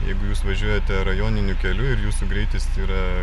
jeigu jūs važiuojate rajoniniu keliu ir jūsų greitis yra